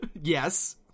Yes